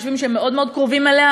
חושבים שהם מאוד מאוד קרובים אליה,